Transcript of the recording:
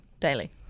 Daily